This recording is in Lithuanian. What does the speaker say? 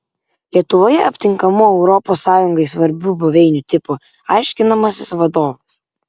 lietuvoje aptinkamų europos sąjungai svarbių buveinių tipų aiškinamasis vadovas